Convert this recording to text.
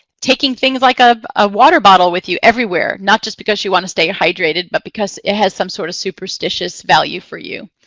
taking things like a ah water bottle with you everywhere, not just because you want to stay hydrated, but because it has some sort of superstitious value for you,